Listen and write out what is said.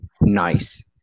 nice